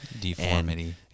Deformity